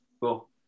Cool